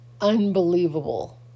unbelievable